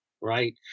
right